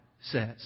says